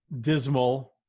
dismal